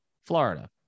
florida